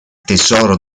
tesoro